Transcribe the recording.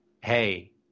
hey